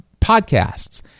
podcasts